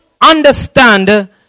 understand